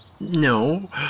No